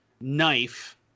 knife